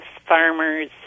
farmers